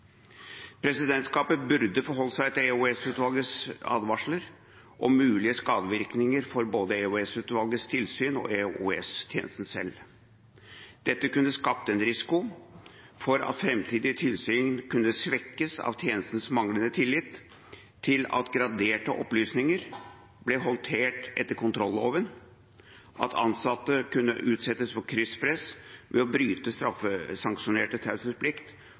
Presidentskapet burde forholdt seg til EOS-utvalgets advarsler om mulige skadevirkninger for både EOS-utvalgets tilsyn og EOS-tjenestene selv. Dette kunne skapt en risiko for at framtidige tilsyn kunne svekkes av tjenestenes manglende tillit til at graderte opplysninger ble håndtert etter kontrolloven, at ansatte kunne utsettes for krysspress ved å bryte